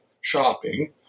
shopping